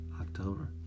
October